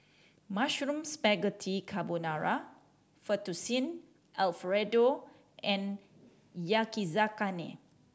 Mushroom Spaghetti Carbonara Fettuccine Alfredo and Yakizakana